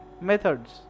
methods